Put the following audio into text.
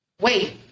wait